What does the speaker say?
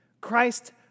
Christ